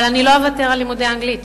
אבל אני לא אוותר על לימודי האנגלית,